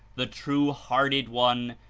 the true-hearted one,